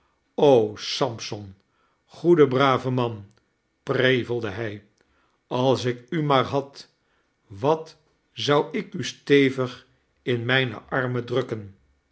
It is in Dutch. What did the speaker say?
sampson goede brave man prevelde hij als ik u maar had wat zou ik u stevig in mijne armen drukken